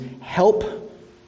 help